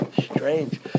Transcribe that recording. Strange